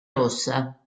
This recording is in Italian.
rossa